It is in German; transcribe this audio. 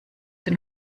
den